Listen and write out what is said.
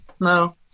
No